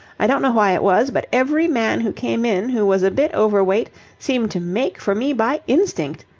i don't know why it was, but every man who came in who was a bit overweight seemed to make for me by instinct.